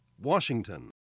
Washington